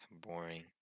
Boring